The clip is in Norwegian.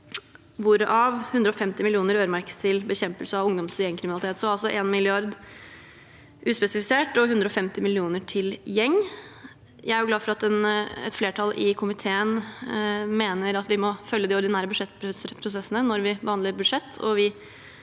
hvorav 150 mill. kr øremerkes til bekjempelse av ungdoms- og gjengkriminalitet. Det er altså 1 mrd. kr uspesifisert og 150 mill. kr til bekjempelse av gjengkriminalitet. Jeg er glad for at et flertall i komiteen mener vi må følge de ordinære budsjettprosessene når vi behandler budsjett.